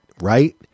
Right